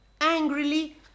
angrily